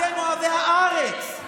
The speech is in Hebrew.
אתם אוהבי הארץ,